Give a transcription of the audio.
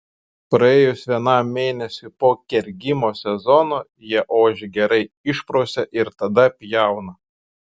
praėjus vienam mėnesiui po kergimo sezono jie ožį gerai išprausia ir tada pjauna